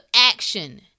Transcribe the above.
action